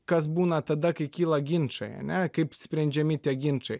kas būna tada kai kyla ginčai ane kaip sprendžiami tie ginčai